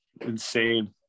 insane